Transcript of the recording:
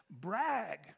brag